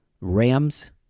Rams